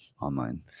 online